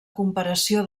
comparació